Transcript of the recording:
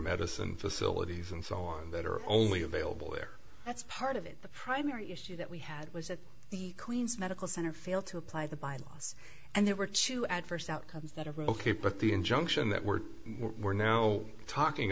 medicine facilities and so on that are only available there that's part of it the primary issue that we had was that the queen's medical center failed to apply the bylaws and there were two adverse outcomes that are ok but the injunction that we're we're now talking